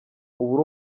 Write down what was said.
uri